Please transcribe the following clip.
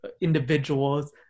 individuals